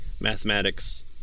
mathematics